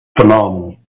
phenomenal